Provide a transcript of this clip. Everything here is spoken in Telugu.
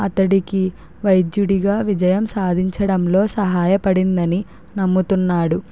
అతడికి వైద్యుడిగా విజయం సాధించడంలో సహాయపడిందని నమ్ముతున్నాడు